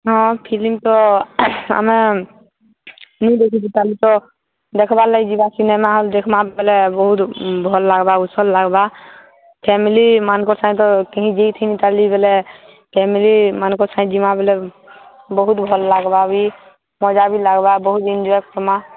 ହଁ ଫିଲ୍ମ ତ ଆମେ ନି ଦେଖିଥାଇ ତାଲି ତ ଦେଖବାର୍ ଲାଗି ଯିବା ସିନେମା ହଲ୍ ଦେଖ୍ମା ବେଲେ ବହୁତ୍ ଭଲ୍ ଲାଗ୍ବା ଉସତ୍ ଲାଗ୍ବା ଫ୍ୟାମିଲି ମାନଙ୍କର୍ ସାଙ୍ଗେ ତ କେହି ଯାଇଥିନି ତାଲି ବେଲେ ଫ୍ୟାମିଲି ମାନଙ୍କର୍ ସାଙ୍ଗେ ଯିମା ବେଲେ ବହୁତ୍ ଭଲ୍ ଲାଗ୍ବା ବି ମଜା ବି ଲାଗ୍ବା ବହୁତ୍ ଏନ୍ଜୟେ କର୍ମା